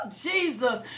Jesus